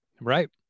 Right